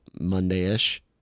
Monday-ish